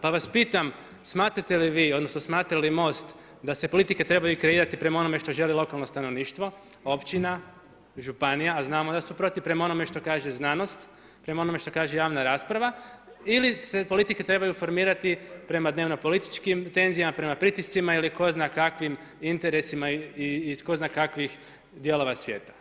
Pa vas pitam smatrate li vi, odnosno smatra li MOST da se politike trebaju kreirati prema onome što želi lokalno stanovništvo, općina, županija a znamo da su protiv prema onome što kaže znanost, prema onome što kaže javna rasprava ili se politike trebaju formirati prema dnevno-političkim tenzijama, prema pritiscima ili tko zna kakvim interesima iz tko zna kakvih dijelova svijeta.